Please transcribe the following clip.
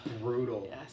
brutal